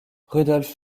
rudolf